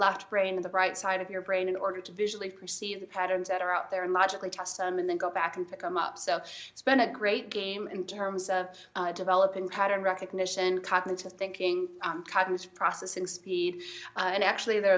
left brain the bright side of your brain in order to visually perceive patterns that are out there and logically test and then go back and pick them up so it's been a great game in terms of developing pattern recognition cognitive thinking processing speed and actually there